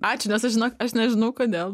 ačiū nes aš žinok aš nežinau kodėl